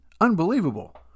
Unbelievable